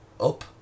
up